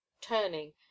turning